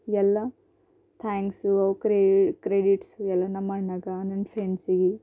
ಎಲ್ಲ ಥ್ಯಾಂಕ್ಸು ಅವು ಕ್ರೆಡಿಟ್ಸು ಎಲ್ಲ ನಮ್ಮಅಣ್ಣಗ ನನ್ನ ಫ್ರೆಂಡ್ಸಿಗೆ